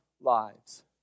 lives